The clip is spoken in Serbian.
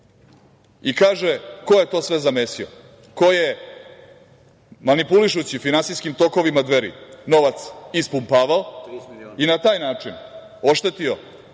Kaže - ko je to sve zamesio? Ko je, manipulišući finansijskim tokovima Dveri, novac ispumpavao i na taj način oštetio